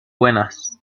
buenas